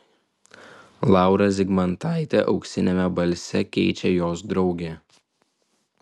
laurą zigmantaitę auksiniame balse keičia jos draugė